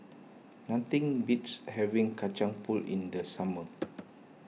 nothing beats having Kacang Pool in the summer